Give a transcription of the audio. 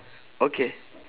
okay